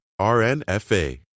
RNFA